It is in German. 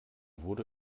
wurde